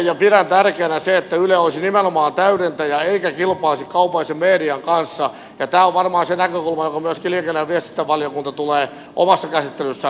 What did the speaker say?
ja pidän tärkeänä sitä että yle olisi nimenomaan täydentäjä eikä kilpailisi kaupallisen median kanssa ja tämä on varmaan se näkökulma jonka myöskin liikenne ja viestintävaliokunta tulee omassa käsittelyssään ottamaan huomioon